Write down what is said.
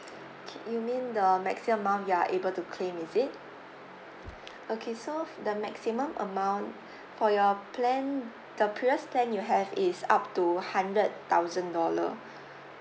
okay you mean the maximum amount you are able to claim is it okay so f~ the maximum amount for your plan the previous plan you have is up to hundred thousand dollar